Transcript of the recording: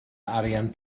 arian